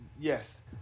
yes